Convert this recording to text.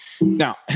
Now